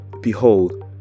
Behold